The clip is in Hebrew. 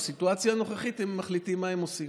בסיטואציה הנוכחית הם מחליטים מה הם עושים.